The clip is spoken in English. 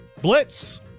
Blitz